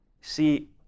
See